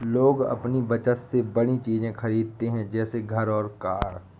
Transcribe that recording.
लोग अपनी बचत से बड़ी चीज़े खरीदते है जैसे घर और कार